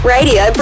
Radio